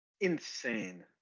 insane